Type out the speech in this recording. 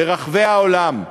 ברחבי העולם.